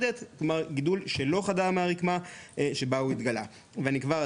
מעט יותר מחצי מהמאובחנים בכל אחד